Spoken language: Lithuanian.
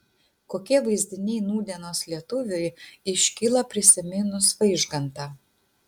kokie vaizdiniai nūdienos lietuviui iškyla prisiminus vaižgantą